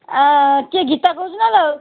କିଏ ଗିତା କହୁଛୁ ନା ଲୋ